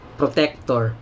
protector